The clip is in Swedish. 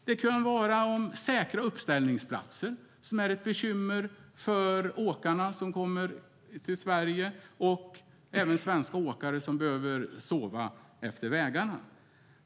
Det kan vara fråga om säkra uppställningsplatser. Det är ett bekymmer för åkarna som kommer till Sverige, och även svenska åkare, och behöver sova efter vägarna.